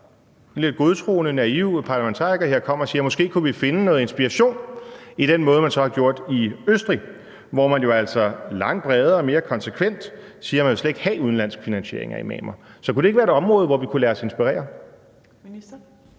som lidt godtroende, naiv parlamentariker her kommer og siger, at vi måske kunne finde noget inspiration i den måde, man har gjort det på i Østrig, hvor man jo altså langt bredere og mere konsekvent siger, at man slet ikke vil have udenlandsk finansiering af imamer. Så kunne det ikke være et område, hvor vi kunne lade os inspirere?